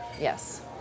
yes